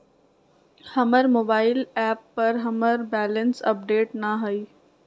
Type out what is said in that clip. हमर mobile app पर हमर बैलेंस अपडेट न हई